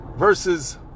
Versus